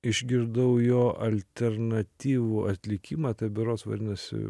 išgirdau jo alternatyvų atlikimą tai berods vadinosi